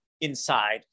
inside